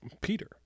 Peter